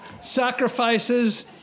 sacrifices